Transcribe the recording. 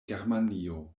germanio